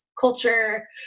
culture